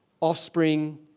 offspring